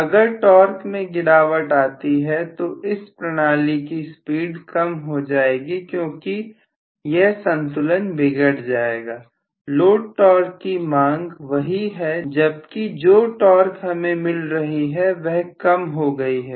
अगर टॉर्क में गिरावट आती है तो इस प्रणाली की स्पीड कम हो जाएगी क्योंकि यह संतुलन बिगड़ जाएगा लोड टॉर्क की मांग वही है जबकि जो टॉर्क हमें मिल रही है वह कम हो गई है